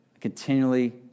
Continually